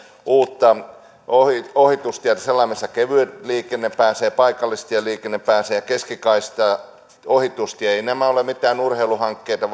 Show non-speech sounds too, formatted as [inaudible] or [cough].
uutta ohitustietä sellainen missä kevyt liikenne pääsee paikallistien liikenne pääsee keskikaista ja ohitustie eivät nämä ole mitään urheiluhankkeita [unintelligible]